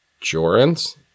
Joran's